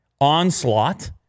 onslaught